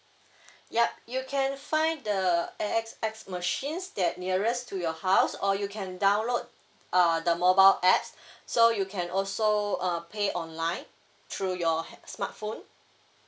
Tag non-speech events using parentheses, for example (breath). yup you can find the A_X_S machines that nearest to your house or you can download uh the mobile apps (breath) so you can also uh pay online through your ha~ smartphone